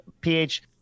pH